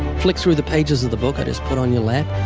flick through the pages of the book i just put on your lap.